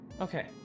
Okay